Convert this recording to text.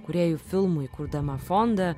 kūrėjų filmų įkurdama fondą